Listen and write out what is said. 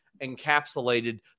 encapsulated